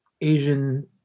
Asian